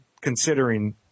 considering